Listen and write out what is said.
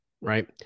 right